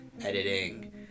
editing